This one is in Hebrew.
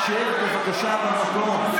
שב במקום.